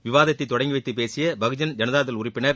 விவாதத்தை தொடங்கி வைத்துப் பேசிய பகுஜன் ஜனதாதள் உறுப்பினர்